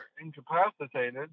incapacitated